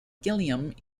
gilliam